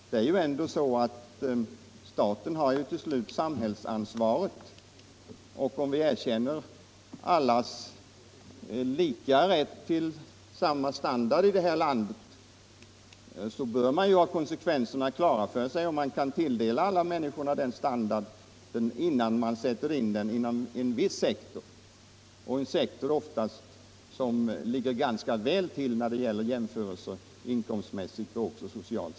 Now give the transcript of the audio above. Det är ju ändå staten som har det slutliga samhällsansvaret. Om man erkänner allas lika rätt till samma standard i vårt land, bör man också vara fullt på det klara med huruvida man kan tilldela alla människor den standard som man beslutar sig för att införa inom en viss sektor. Det gäller dessutom en sektor, som i många avseenden ligger ganska väl till vid jämförelser inkomstmässigt och även socialt.